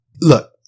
Look